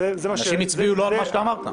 אנשים לא הצביעו על מה שאתה אמרת.